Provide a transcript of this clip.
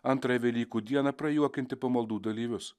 antrąją velykų dieną prajuokinti pamaldų dalyvius